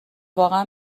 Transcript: واقعا